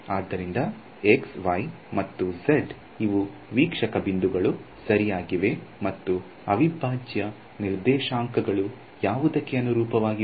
ಆದ್ದರಿಂದ x y ಮತ್ತು z ಇವು ವೀಕ್ಷಕ ಬಿಂದುಗಳು ಸರಿಯಾಗಿವೆ ಮತ್ತು ಅವಿಭಾಜ್ಯ ನಿರ್ದೇಶಾಂಕಗಳು ಯಾವುದಕ್ಕೆ ಅನುರೂಪವಾಗಿವೆ